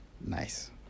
nice